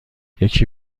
یکی